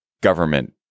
government